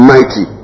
Mighty